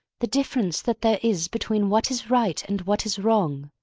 the difference that there is between what is right and what is wrong.